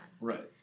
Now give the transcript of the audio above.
Right